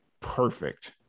perfect